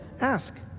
ask